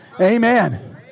Amen